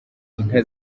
inka